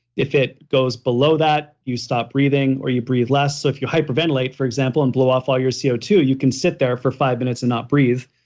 if it goes below that you stop breathing or you breathe less. so if you hyperventilate, for example, and blow off all your c o two, you can sit there for five minutes and not breathe,